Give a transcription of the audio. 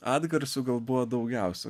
atgarsių gal buvo daugiausia